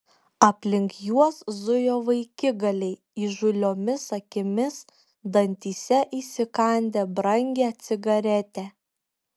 aplink juos zujo vaikigaliai įžūliomis akimis dantyse įsikandę brangią cigaretę